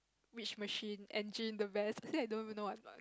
which machine engine the vest actually I don't even know what's what